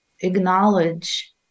acknowledge